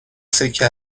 سکه